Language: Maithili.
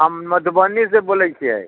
हम मधुबनीसँ बोलै छियै